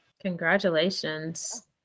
Congratulations